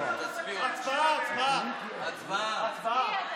הצבעה, הצבעה.